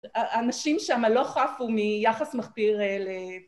האנשים שם לא חפו מיחס מכפיר אל...